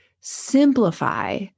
simplify